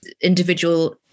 individual